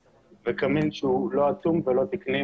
וקמין שהוא לא טום ולא תקני,